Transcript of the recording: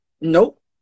Nope